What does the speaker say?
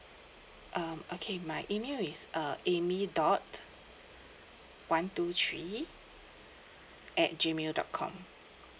um okay my email is uh amy dot one two three at G mail dot com